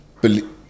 believe